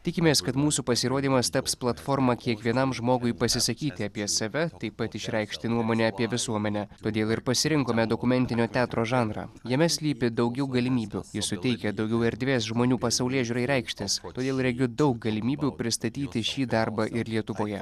tikimės kad mūsų pasirodymas taps platforma kiekvienam žmogui pasisakyti apie save taip pat išreikšti nuomonę apie visuomenę todėl ir pasirinkome dokumentinio teatro žanrą jame slypi daugiau galimybių jis suteikia daugiau erdvės žmonių pasaulėžiūrai reikštis todėl regiu daug galimybių pristatyti šį darbą ir lietuvoje